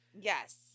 Yes